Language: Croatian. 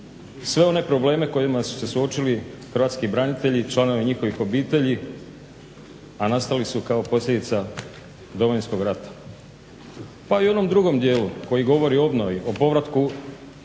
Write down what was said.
sve one probleme s kojima su se suočili hrvatski branitelji i članovi njihovih obitelji, a nastali su kao posljedica Domovinskog rata. Pa i u onom drugom dijelu koji govori o obnovi, o povratku protjeranih